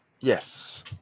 Yes